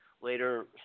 later